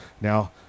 Now